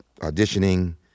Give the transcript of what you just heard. auditioning